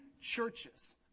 churches